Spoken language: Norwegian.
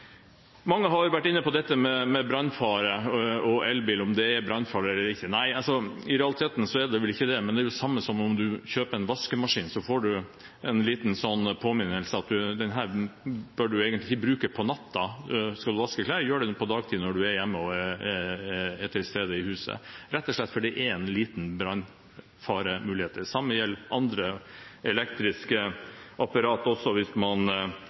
Mange har vært inne på dette med brannfare og elbil, om det er brannfarlig eller ikke. Nei, i realiteten er det ikke det, men det er det samme som når man kjøper en vaskemaskin og får en liten påminnelse om at denne bør man egentlig ikke bruke på natten. Skal man vaske klær, gjør man det på dagtid når man er hjemme og til stede i huset, rett og slett fordi det er en liten brannfaremulighet. Det samme gjelder for andre elektriske apparater, hvis man